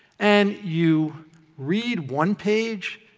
and you read one page,